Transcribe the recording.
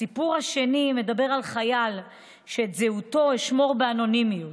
הסיפור השני מדבר על חייל שאת זהותו אשמור באנונימיות.